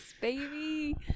baby